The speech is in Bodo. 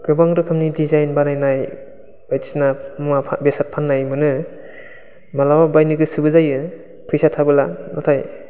गोबां रोखोमनि डिजायन बानायनाय बायदिसिना मुवा बेसाद फाननाय मोनो माब्लाबा बायनो गोसोबो जायो फैसा थाब्ला नाथाय